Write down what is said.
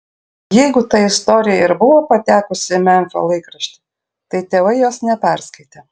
jeigu ta istorija ir buvo patekusi į memfio laikraštį tai tėvai jos neperskaitė